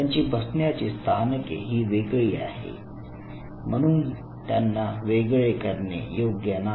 त्यांची बसण्याची स्थानके ही वेगळी आहे म्हणून त्यांना वेगळे करणे योग्य नाही